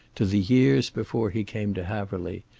to the years before he came to haverly,